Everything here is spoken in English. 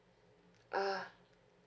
uh